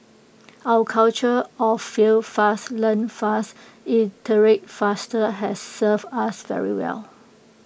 our culture of fail fast learn fast iterate faster' has served us very well